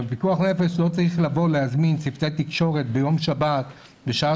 אבל בפיקוח נפש לא צריך להזמין צוותי תקשורת ביום שבת בשעה